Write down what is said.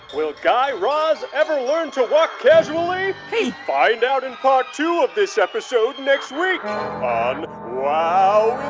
will guy raz ever learn to walk casually? hey. find out in part two of this episode next week on wow